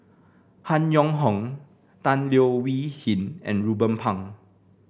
Han Yong Hong Tan Leo Wee Hin and Ruben Pang